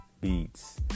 Beats